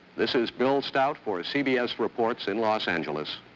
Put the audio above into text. this is bill stout for cbs reports, in los angeles,